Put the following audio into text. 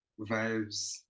vibes